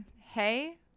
hey